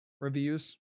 reviews